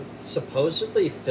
supposedly